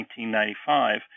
1995